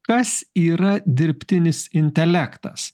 kas yra dirbtinis intelektas